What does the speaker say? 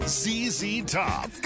Zztop